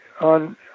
on